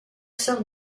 sœur